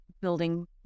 building